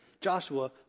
Joshua